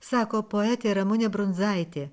sako poetė ramunė brundzaitė